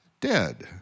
Dead